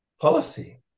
policy